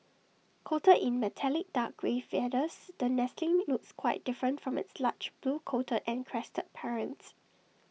coated in metallic dark grey feathers the nestling looks quite different from its large blue coated and crested parents